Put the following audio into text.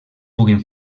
puguin